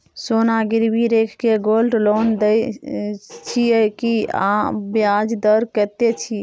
सोना गिरवी रैख के गोल्ड लोन दै छियै की, आ ब्याज दर कत्ते इ?